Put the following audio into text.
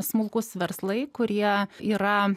smulkūs verslai kurie yra